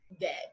dead